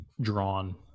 drawn